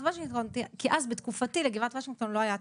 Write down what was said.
וושינגטון כי אז בתקופתי לגבעת וושינגטון לא היה תואר,